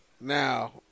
Now